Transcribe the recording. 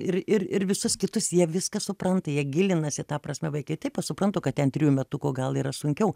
ir ir ir visus kitus jie viską supranta jie gilinasi ta prasme vaikai taip aš suprantu kad ten trijų metukų gal yra sunkiau